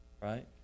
Right